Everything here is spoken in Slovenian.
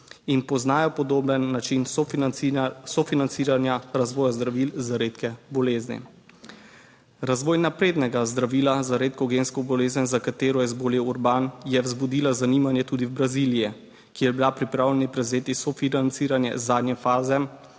in poznajo podoben način sofinanciranja razvoja zdravil za redke bolezni. Razvoj naprednega zdravila za redko gensko bolezen, za katero je zbolel Urban, je vzbudila zanimanje tudi v Braziliji, ki je bila pripravljena prevzeti sofinanciranje zadnje faze